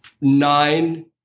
nine